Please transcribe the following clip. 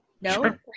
No